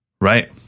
Right